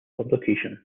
publication